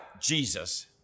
Jesus